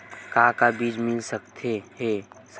का का बीज मिल सकत हे?